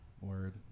Word